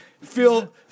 feel